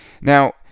Now